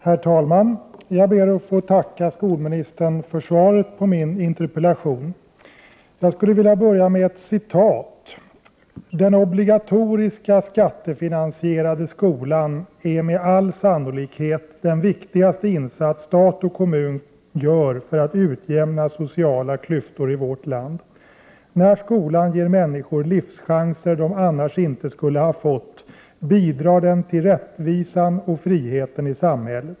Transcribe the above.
Herr talman! Jag ber att få tacka skolministern för svaret på min interpellation. Jag skulle vilja börja med ett citat: ”Den obligatoriska skattefinansierade skolan är med all sannolikhet den viktigaste insats stat och kommun gör för att utjämna sociala klyftor i vårt land. När skolan ger människor livschanser de annars inte skulle ha fått bidrar den till rättvisan och friheten i samhället.